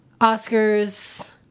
Oscars